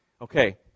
okay